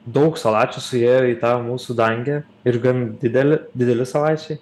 daug salačių suėjo į tą mūsų dangė ir gan dideli dideli salačiai